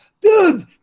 Dude